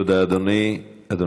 תודה, אדוני.